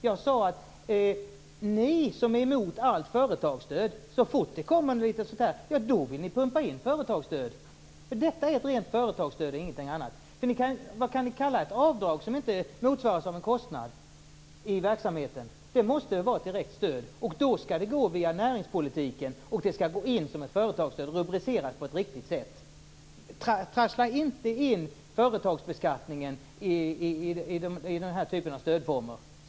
Jag sade att ni som är emot allt företagsstöd vill pumpa in företagsstöd så fort det kommer något sådant här. Detta är ett rent företagsstöd och ingenting annat. Vad kan ni kalla ett avdrag som inte motsvaras av en kostnad i verksamheten? Det måste väl vara ett direkt stöd? Då skall det gå via näringspolitiken, och det skall gå in som ett företagsstöd och rubriceras på ett riktigt sätt. Trassla inte in företagsbeskattningen i den här typen av stödformer!